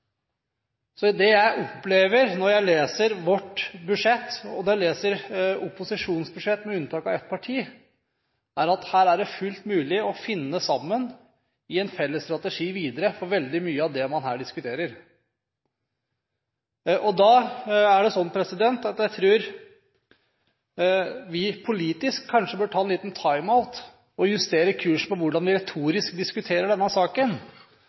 Så det jeg opplever når jeg leser vårt budsjett, og når jeg leser opposisjonens budsjettet, med unntak av ett parti, er at det er fullt mulig å finne sammen i en felles strategi videre for veldig mye av det man her diskuterer. Og da tror jeg at vi politisk kanskje bør ta en liten «time out» og justere kursen for hvordan vi retorisk skal diskutere denne saken.